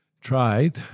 tried